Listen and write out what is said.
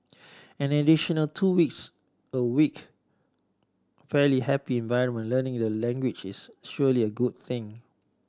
an additional two weeks a week fairly happy environment learning the language is surely a good thing